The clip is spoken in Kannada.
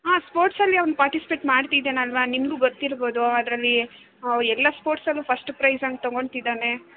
ಹಾಂ ಸ್ಪೋರ್ಟ್ಸಲ್ಲಿ ಅವ್ನು ಪಾರ್ಟಿಸಿಪೇಟ್ ಮಾಡ್ತಿದಾನಲ್ವ ನಿಮಗೂ ಗೊತ್ತಿರ್ಬೋದು ಅದರಲ್ಲಿ ಎಲ್ಲ ಸ್ಪೋರ್ಟ್ಸಲ್ಲೂ ಫಸ್ಟ್ ಪ್ರೈಸ್ ಹಂಗ್ ತಗೊತಿದಾನೆ